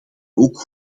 ook